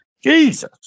Jesus